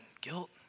guilt